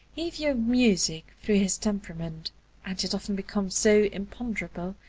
he viewed music through his temperament and it often becomes so imponderable,